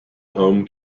home